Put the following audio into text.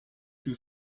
you